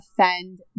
offend